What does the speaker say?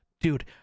Dude